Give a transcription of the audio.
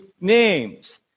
names